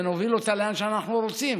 ונוביל אותה לאן שאנחנו רוצים?